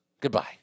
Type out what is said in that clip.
Goodbye